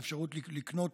האפשרות לקנות,